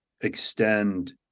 extend